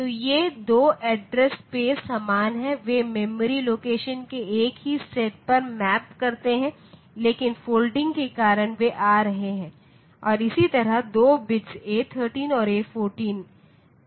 तो ये 2 address space समान हैं वे मेमोरी लोकेशन के एक ही सेट पर मैप करते हैं लेकिन फोल्डिंग के कारण वे आ रहे हैं और इसी तरह 2 बिट्स ए 13 ए 14